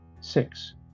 Six